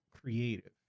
creative